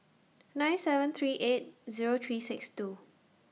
nine seven three eight Zero three six two